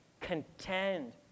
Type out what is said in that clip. contend